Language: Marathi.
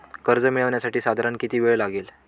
कर्ज मिळविण्यासाठी साधारण किती वेळ लागेल?